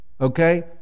okay